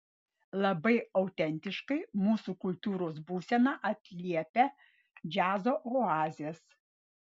labai autentiškai mūsų kultūros būseną atliepia džiazo oazės